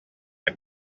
est